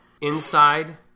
Inside